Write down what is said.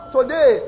Today